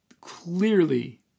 clearly